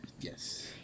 yes